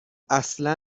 اصلا